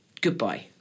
goodbye